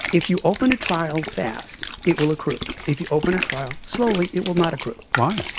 if you open a trial fast it will accrue. if you open a trial slowly it will not accrue. why?